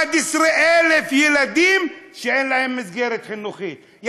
11,000 ילדים שאין להם מסגרת חינוכית,